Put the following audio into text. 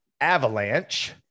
Avalanche